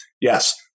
Yes